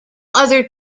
other